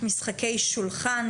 משחקי שולחן,